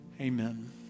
Amen